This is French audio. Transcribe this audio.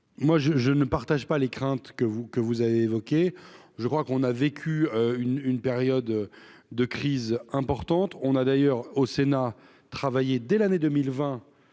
je, je ne partage pas les craintes que vous que vous avez évoquées, je crois qu'on a vécu une une période de crise importante, on a d'ailleurs au sénat travailler dès l'année 2020